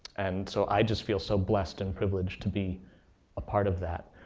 and so i just feel so blessed and privileged to be a part of that.